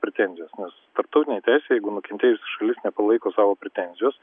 pretenzijos nes tarpautinėj teisėj jeigu nukentėjusi šalis nepalaiko savo pretenzijos